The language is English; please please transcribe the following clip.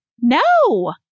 No